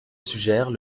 suggère